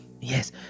Yes